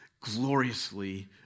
gloriously